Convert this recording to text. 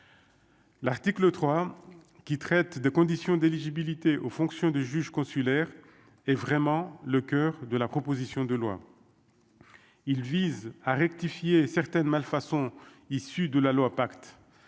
L'article 3 qui traite de conditions d'éligibilité aux fonctions de juge consulaire est vraiment le coeur de la proposition de loi, il vise à rectifier certaines malfaçons issu de la loi pacte,